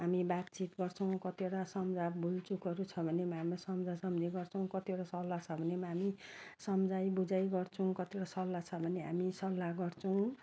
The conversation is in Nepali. हामी बातचित गर्छौँ कतिवटा सम्झ भुल चुकहरू छ भने हामी सम्झ सम्झी गर्छौँ कतिवटा सल्लाह छ भने हामी सम्झाई बुझाई गर्छौँ कतिवटा सल्लाह छ भने हामी सल्लाह गर्छौँ